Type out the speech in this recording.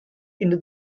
into